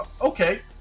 Okay